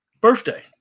birthday